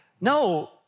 no